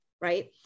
right